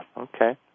okay